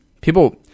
People